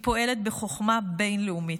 היא פועלת בחוכמה בין-לאומית,